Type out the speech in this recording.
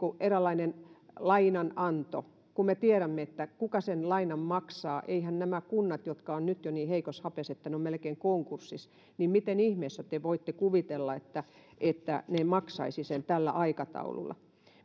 eräänlainen lainananto ja me tiedämme kuka sen lainan maksaa kun nämä kunnat ovat nyt jo niin heikossa hapessa että ne ovat melkein konkurssissa niin miten ihmeessä te voitte kuvitella että että ne maksaisivat sen tällä aikataululla